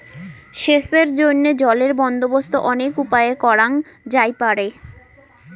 সেচের জইন্যে জলের বন্দোবস্ত অনেক উপায়ে করাং যাইপারে